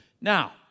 Now